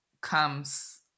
comes